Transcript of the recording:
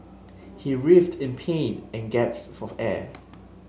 he writhed in pain and gasped for air